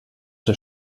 der